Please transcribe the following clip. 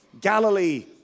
Galilee